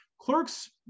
Clerks